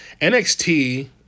NXT